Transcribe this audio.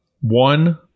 one